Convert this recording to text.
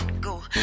go